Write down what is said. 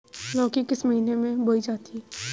लौकी किस महीने में बोई जाती है?